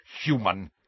human